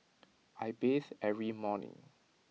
I bathe every morning